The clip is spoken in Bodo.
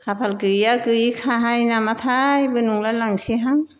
खाफाल गैयिया गैयिखाहाय नामाथायबो नंलायलांसैहां